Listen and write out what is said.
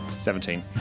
Seventeen